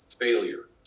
failure